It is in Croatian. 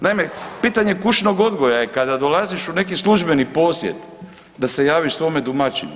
Naime, pitanje kućnog odgoja je kada dolaziš u neki službeni posjet da se javiš svome domaćinu.